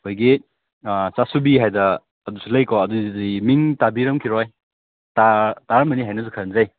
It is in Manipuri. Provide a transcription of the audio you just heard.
ꯑꯩꯈꯣꯏꯒꯤ ꯆꯥꯁꯨꯕꯤ ꯍꯥꯏꯗ ꯑꯗꯨꯁꯨ ꯂꯩꯀꯣ ꯑꯗꯨꯗꯨꯗꯤ ꯃꯤꯡ ꯇꯥꯕꯤꯔꯝꯈꯤꯔꯣꯏ ꯇꯥꯔꯝꯃꯅꯤ ꯍꯥꯏꯅꯁꯨ ꯈꯟꯖꯩ